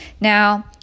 Now